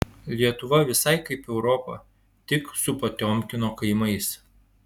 lietuva visai kaip europa tik su potiomkino kaimais